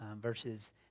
verses